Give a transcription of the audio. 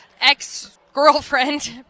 ex-girlfriend